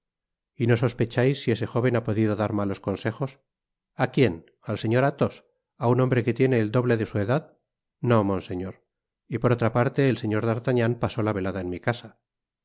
y no sospechais si ese jóven ha podido dar malos consejos a quien al señor athos a un hombre que tiene el doble de su edad no monseñor y por otra parte el señor d'artagnan pasó la velada en mi casa